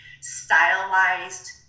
stylized